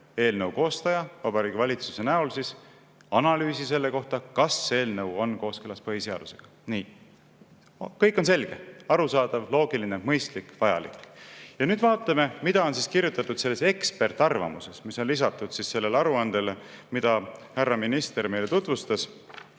eelnõu koostaja – Vabariigi Valitsuse näol – viima läbi analüüsi selle kohta, kas eelnõu on kooskõlas põhiseadusega. Nii. Kõik on selge, arusaadav, loogiline, mõistlik, vajalik. Ja nüüd vaatame, mida on kirjutatud ekspertarvamuses, mis on lisatud sellele aruandele, mida härra minister meile tutvustas.